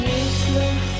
useless